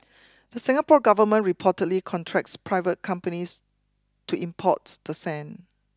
the Singapore government reportedly contracts private companies to import the sand